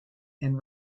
and